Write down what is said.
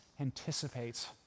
anticipates